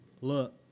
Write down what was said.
look